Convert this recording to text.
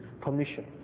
permission